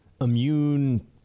immune